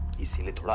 you steal